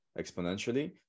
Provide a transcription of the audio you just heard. exponentially